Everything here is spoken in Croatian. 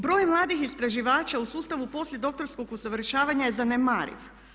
Broj mladih istraživača u sustavu poslije doktorskog usavršavanja je zanemariv.